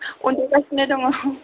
उनदुगासिनो दङ